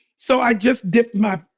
so i just dip my